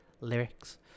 lyrics